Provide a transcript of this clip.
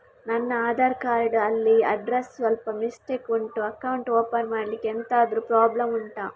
ನನ್ನ ಆಧಾರ್ ಕಾರ್ಡ್ ಅಲ್ಲಿ ಅಡ್ರೆಸ್ ಸ್ವಲ್ಪ ಮಿಸ್ಟೇಕ್ ಉಂಟು ಅಕೌಂಟ್ ಓಪನ್ ಮಾಡ್ಲಿಕ್ಕೆ ಎಂತಾದ್ರು ಪ್ರಾಬ್ಲಮ್ ಉಂಟಾ